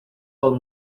pel